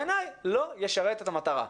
בעיני לא ישרת את המטרה.